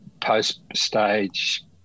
Post-stage